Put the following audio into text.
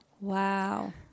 Wow